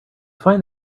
find